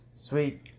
Sweet